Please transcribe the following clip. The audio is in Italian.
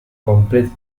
completi